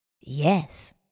Yes